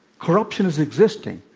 corruption is existing.